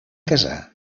casar